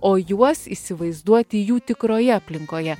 o juos įsivaizduoti jų tikroje aplinkoje